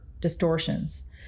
distortions